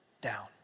down